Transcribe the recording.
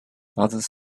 others